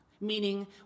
Meaning